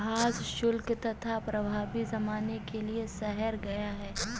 सुभाष शुल्क तथा प्रभावी जानने के लिए शहर गया